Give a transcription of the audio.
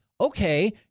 Okay